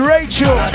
Rachel